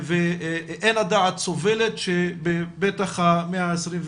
ואין הדעת סובלת, בטח המאה ה-21,